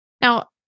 Now